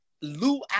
Lou